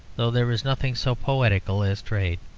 although there is nothing so poetical as trade.